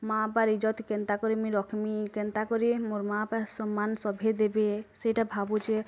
ମା ବାପାର୍ ଇଜତ୍ କେନ୍ତା କରିମି ରଖ୍ମି କେନ୍ତା କରି ମୋର ମା ବାପା ସମ୍ମାନ୍ ସଭିଏଁ ଦେବେ ସେଇଟା ଭାବୁଛେ